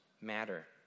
matter